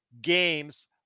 games